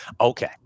Okay